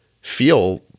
feel